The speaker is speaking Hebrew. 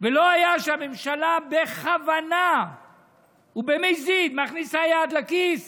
ולא היה שהממשלה בכוונה ובמזיד מכניסה יד לכיס